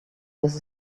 this